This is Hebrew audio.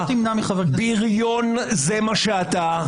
בריון זה מה שאתה.